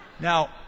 Now